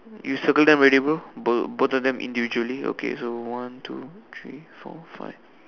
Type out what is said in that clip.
you circle them already bro both both of them individually okay so one two three four five